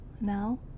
now